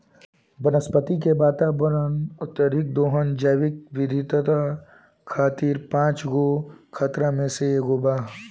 वनस्पति के वातावरण में, अत्यधिक दोहन जैविक विविधता खातिर पांच गो खतरा में से एगो बा